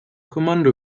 kommando